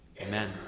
Amen